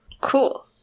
Cool